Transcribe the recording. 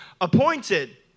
appointed